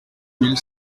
mille